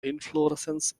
inflorescence